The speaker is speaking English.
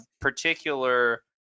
particular